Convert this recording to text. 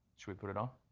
should we put it on?